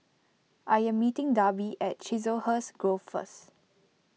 I am meeting Darby at Chiselhurst Grove first